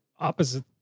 Opposite